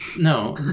No